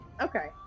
okay